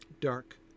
Dark